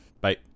Bye